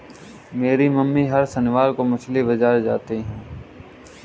मेरी मम्मी हर शनिवार को मछली बाजार जाती है